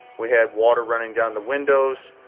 we had water running down the windows.